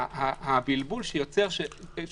הבלבול שייווצר כשיש שני גורמים שמחליטים הוא